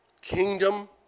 kingdom